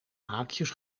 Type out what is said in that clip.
haakjes